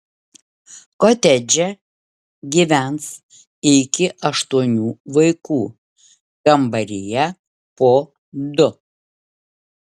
kotedže gyvens iki aštuonių vaikų kambaryje po du